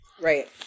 Right